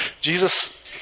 Jesus